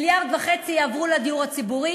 1.5 מיליארד יעברו לדיור הציבורי.